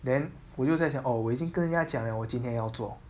then 我就在想 oh 我已经跟人家讲了我今天要做